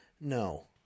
No